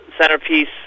centerpiece